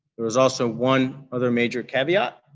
there's also one other major caveat,